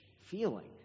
feeling